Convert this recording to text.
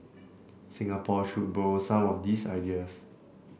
Singapore should borrow some of these ideas